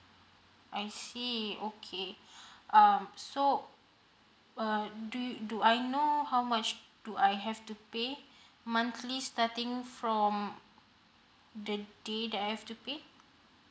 I see okay um so um do you do I know how much do I have to pay monthly starting from the day that I have to pay